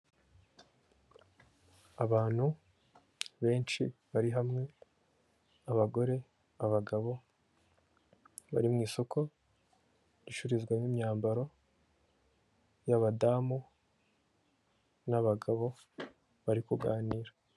Abantu benshi bari hamwe abagore, abagabo bari mu isoko ricururizwamo imyambaro y'abadamu n'abagabo bari kuganira.